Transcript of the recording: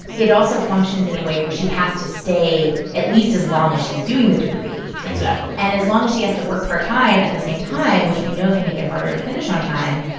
it also functions in a way where she has to stay at least as long as she's doing the degree exactly and as long as she has to work part-time at the same time, which we know can make it harder to finish on time,